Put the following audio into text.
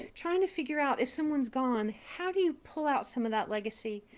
trying to figure out if someone's gone, how do you pull out some of that legacy?